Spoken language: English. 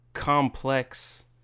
complex